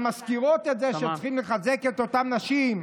מזכירות את זה שצריכים לחזק את אותן נשים.